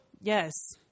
Yes